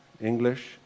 English